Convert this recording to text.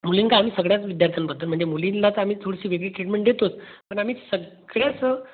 मुलीं का आम्ही सगळ्या विद्यार्थ्यांबद्दल म्हणजे मुलींलाच आम्ही थोडीशी वेगळी ट्रीटमेंट देतोच पण आम्ही सगळ्याच